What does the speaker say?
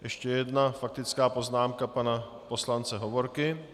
Ještě jedna faktická poznámka pana poslance Hovorky.